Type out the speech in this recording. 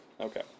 Okay